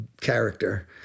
character